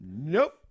Nope